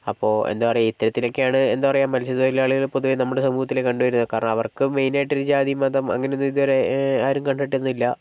അപ്പോൾ എന്താണ് പറയുക ഇത്തരത്തിലൊക്കെയാണ് എന്താണ് പറയുക മത്സ്യത്തൊഴിലാളികൾ പൊതുവേ നമ്മുടെ സമൂഹത്തിൽ കണ്ടുവരുന്നത് കാരണം അവർക്ക് മെയിൻ ആയിട്ടൊരു ജാതി മതം അങ്ങനെ ഒന്നും ഇതുവരെ ആരും കണ്ടിട്ടൊന്നുമില്ല